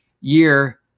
year